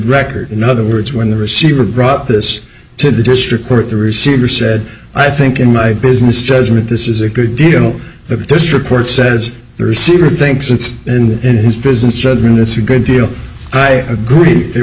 record in other words when the receiver brought this to the district court the receiver said i think in my business judgment this is a good deal this report says the receiver thinks it's in his business judgment it's a good deal i agree there